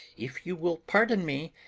if you will pardon me,